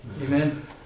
Amen